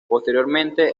posteriormente